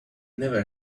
never